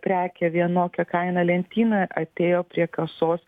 prekė vienokia kaina lentynoj atėjo prie kasos